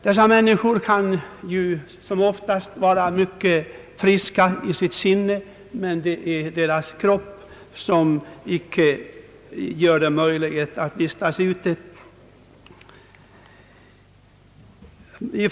Dessa människor kan oftast vara mycket friska i sitt sinne, men deras kropp ger dem icke möjlighet att vistas utomhus.